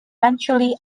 eventually